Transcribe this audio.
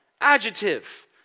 adjective